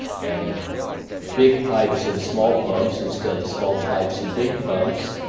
and big pipes and small pumps instead of small pipes and big pumps,